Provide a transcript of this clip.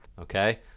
Okay